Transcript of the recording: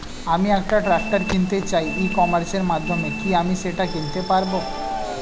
আমি একটা ট্রাক্টর কিনতে চাই ই কমার্সের মাধ্যমে কি আমি সেটা কিনতে পারব?